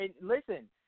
Listen